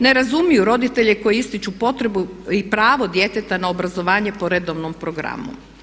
Ne razumiju roditelje koji ističu potrebu i pravo djeteta na obrazovanje po redovnom programu.